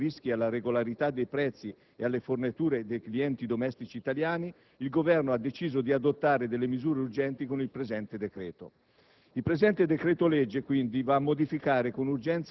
Di conseguenza, onde evitare sanzioni allo Stato e rischi nella regolarità dei prezzi e nelle forniture ai clienti domestici italiani, il Governo ha deciso di adottare delle misure urgenti con il presente decreto.